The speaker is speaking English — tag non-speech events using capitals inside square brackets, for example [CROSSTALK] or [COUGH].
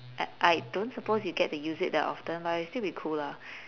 I I don't suppose you get to use it that often but it'll still be cool lah [BREATH]